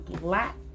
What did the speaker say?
black